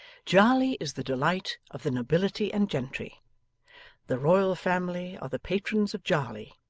jarley is the delight of the nobility and gentry' the royal family are the patrons of jarley